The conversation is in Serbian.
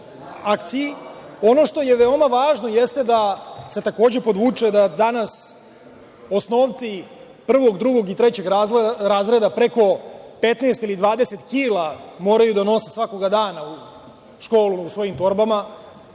što je veoma važno jeste da se takođe podvuče da danas osnovci prvog, drugog i trećeg razreda preko 15 ili 20 kila moraju da nose svakog dana u školu u svojim torbama,